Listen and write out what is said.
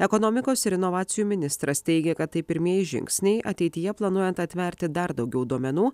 ekonomikos ir inovacijų ministras teigia kad tai pirmieji žingsniai ateityje planuojant atverti dar daugiau duomenų